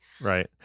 right